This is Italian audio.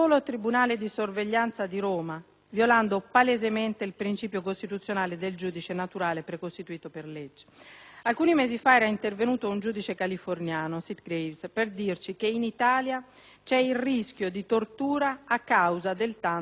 violazione del principio costituzionale del giudice naturale precostituito per legge. Alcuni mesi fa era intervenuto un giudice californiano, Sitgraves, per dirci che in Italia c'è il rischio di tortura a causa del tanto venerato 41-*bis*.